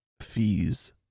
fees